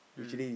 mm